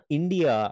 India